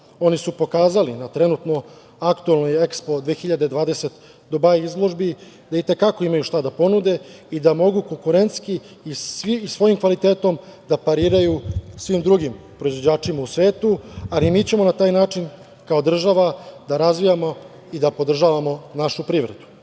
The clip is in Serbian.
Oni su pokazali na trenutno aktuelni ekspo 2020. Dubai izložbi, da i te kako imaju šta da ponude i da mogu konkurentski i svojim kvalitetom da pariraju svim drugim proizvođačima u svetu, ali mi ćemo na taj način kao država da razvijamo i da podržavamo našu privredu. Iz